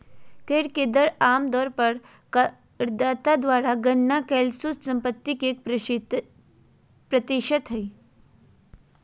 कर के दर आम तौर पर करदाता द्वारा गणना कइल शुद्ध संपत्ति के एक प्रतिशत हइ